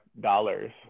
dollars